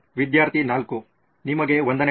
ವಿದ್ಯಾರ್ಥಿ 4 ನಿಮಗೆ ವಂದನೆಗಳು